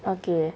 okay